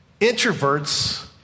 Introverts